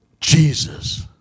Jesus